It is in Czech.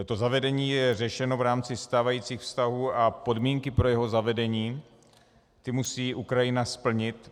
To zavedení je řešeno v rámci stávajících vztahů a podmínky pro jeho zavedení musí Ukrajina splnit.